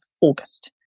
August